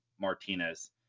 Martinez